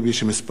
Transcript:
שמספרה